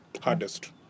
Hardest